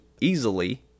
easily